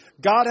God